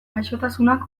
gaixotasunak